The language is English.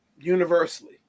universally